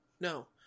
No